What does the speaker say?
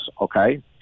okay